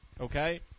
Okay